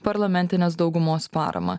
parlamentinės daugumos paramą